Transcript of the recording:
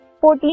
14